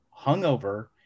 hungover